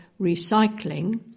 recycling